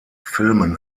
filmen